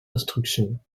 instructions